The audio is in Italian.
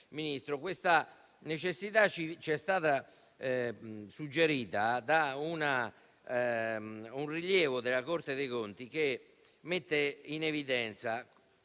la necessità ci è stata suggerita da un rilievo della Corte dei conti che mette in evidenza